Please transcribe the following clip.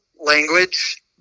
language